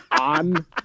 On